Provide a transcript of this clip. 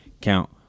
count